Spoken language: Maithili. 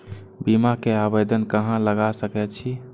बीमा के आवेदन कहाँ लगा सके छी?